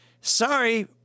Sorry